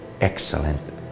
excellent